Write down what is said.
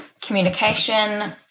communication